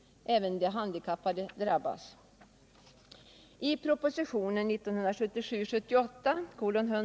Även de handikappade drabbas.